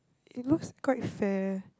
it looks quite fair